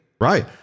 Right